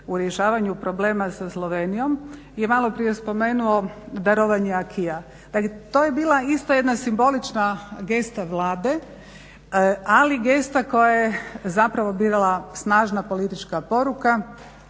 u rješavanju problema sa Slovenijom je malo prije spomenuo darovanje acquisa. To je bila isto jedna simbolična gesta Vlade ali gesta koja je zapravo bila snažna politička poruka